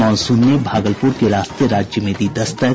monsoon ने भागलपुर के रास्ते राज्य में दी दस्तक